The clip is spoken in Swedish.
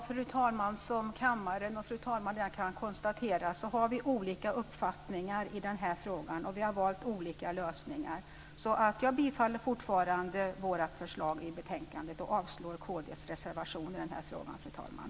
Fru talman! Som kammaren och fru talman kan konstatera har vi olika uppfattningar i den här frågan. Vi har valt olika lösningar. Jag tillstyrker fortfarande vårt förslag i betänkandet och avstyrker kd:s reservation i den här frågan, fru talman.